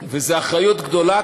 וזו אחריות גדולה,